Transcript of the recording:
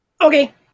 Okay